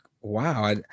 wow